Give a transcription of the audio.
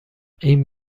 این